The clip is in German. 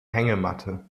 hängematte